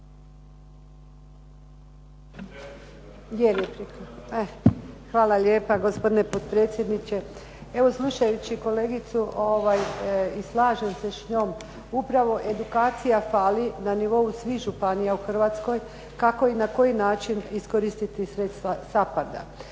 Hvala lijepa, gospodine potpredsjedniče. Evo, slušajući kolegicu i slažem se s njom upravo edukacija fali na nivou svih županija u Hrvatskoj kako i na koji način iskoristiti sredstva